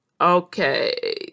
Okay